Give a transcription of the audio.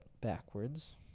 backwards